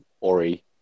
Ori